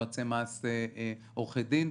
יועצי מס ועורכי דין,